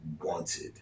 wanted